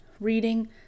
reading